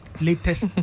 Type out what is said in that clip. latest